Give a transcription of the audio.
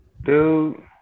Dude